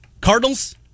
Cardinals